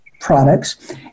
products